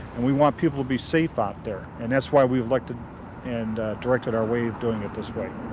and we want people be safe out there. and that's why we elected and directed our way of doing it this way.